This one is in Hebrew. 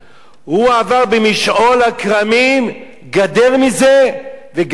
הוא עבר במשעול הכרמים, גדר מזה וגדר מזה.